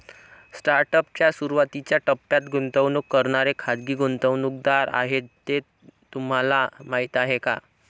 Startup च्या सुरुवातीच्या टप्प्यात गुंतवणूक करणारे खाजगी गुंतवणूकदार आहेत हे तुम्हाला माहीत आहे का?